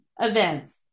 events